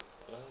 ya